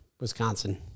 Wisconsin